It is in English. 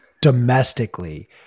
domestically